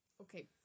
Okay